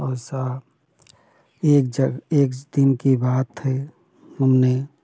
एसा एक ज एक दिन की बात है हमने